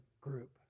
group